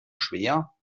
schwer